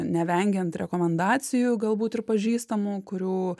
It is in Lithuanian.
nevengiant rekomendacijų galbūt ir pažįstamų kurių